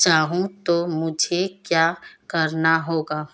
चाहूँ तो मुझे क्या करना होगा?